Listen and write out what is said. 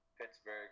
Pittsburgh